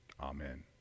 Amen